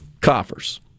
coffers